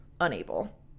unable